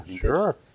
sure